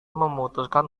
memutuskan